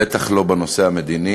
בטח לא בנושא המדיני.